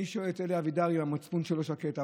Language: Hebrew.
אני שואל את אלי אבידר אם המצפון שלו שקט.